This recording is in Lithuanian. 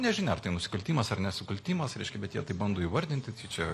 nežinia ar tai nusikaltimas ar nenusikaltimas reiškia bet jie taip bando įvardinti tai čia